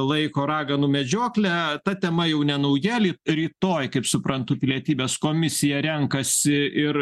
laiko raganų medžiokle ta tema jau ne nauja rytoj kaip suprantu pilietybės komisija renkasi ir